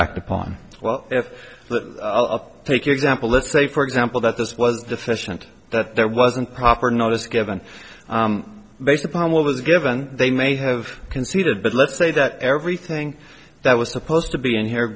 act upon well if i'll take your example let's say for example that this was deficient that there wasn't proper notice given based upon what was given they may have conceded but let's say that everything that was supposed to be in here